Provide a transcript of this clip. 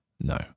no